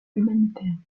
humanitaires